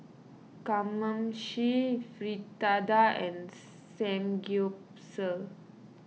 Kamameshi Fritada and Samgyeopsal